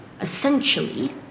essentially